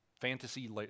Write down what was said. fantasy